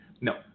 No